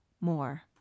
more